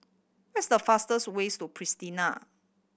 where is the fastest ways to Pristina